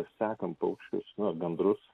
sekam paukščius nu bendrus